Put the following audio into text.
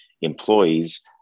employees